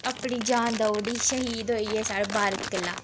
अपनी जान देई उड़ी शहीद होई गे साढ़े भारत कोला